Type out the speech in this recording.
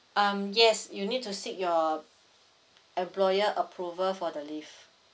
um yes you need to seek your employer approval for the leave